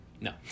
No